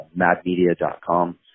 madmedia.com